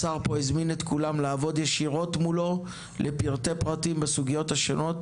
השר פה הזמין את כולם לעבוד ישירות מולו לפרטי פרטים בסוגיות השונות,